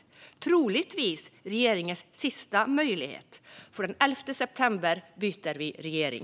Det är troligtvis regeringens sista möjlighet, för den 11 september byter vi regering.